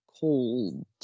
cold